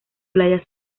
playas